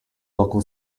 local